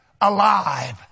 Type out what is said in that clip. alive